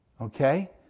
Okay